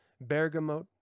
bergamot